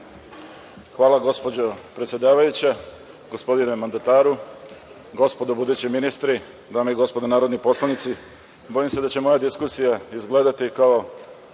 Hvala, gospođo predsedavajuća. Gospodine mandataru, gospodo budući ministri, dame i gospodo narodni poslanici, bojim se da će moja diskusija izgledati kao